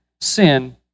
sin